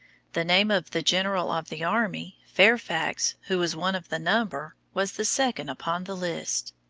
the name of the general of the army, fairfax, who was one of the number, was the second upon the list.